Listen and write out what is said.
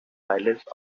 silence